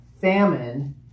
famine